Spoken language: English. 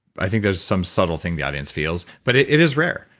i think there's some subtle thing the audience feels. but is rare,